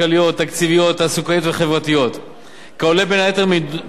כעולה בין היתר מדוח ועדת-ניסן, שנדרשה לנושא זה